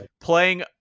playing